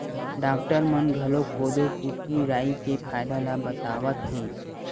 doctor मन घलोक कोदो, कुटकी, राई के फायदा ल बतावत हे